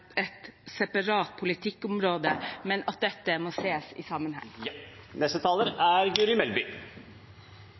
et separat politikkområde, men at dette må ses i sammenheng.